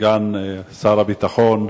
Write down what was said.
סגן שר הביטחון,